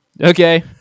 okay